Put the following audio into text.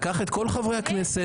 לקח את כל חברי הכנסת,